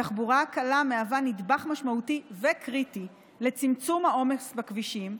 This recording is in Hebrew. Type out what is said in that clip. התחבורה הקלה היא נדבך משמעותי וקריטי לצמצום העומס בכבישים,